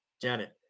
Janet